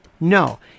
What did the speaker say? No